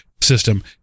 system